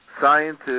scientists